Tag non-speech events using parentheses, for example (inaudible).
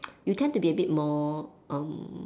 (noise) you tend to be a bit more um